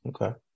Okay